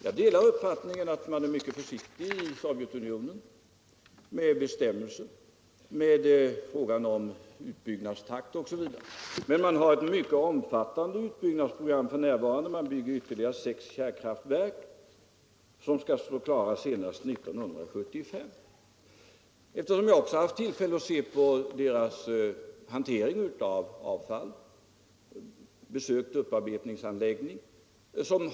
Jag delar uppfattningen att man i Sovjetunionen är mycket försiktig med bestämmelser och med frågan om utbyggnadstakt osv. Men man har ändock mycket omfattande utbyggnadsprogram f.n. Man bygger ytterligare sex kärnkraftverk, som skall stå klara senast 1975 eftersom man har behov av dessa. Jag har också haft tillfälle att studera Sovjetunionens hantering av avfall. Jag har besökt en anläggning för detta i Sovjetunionen.